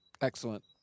Excellent